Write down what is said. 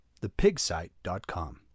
ThePigSite.com